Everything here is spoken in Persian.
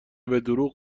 بهدروغ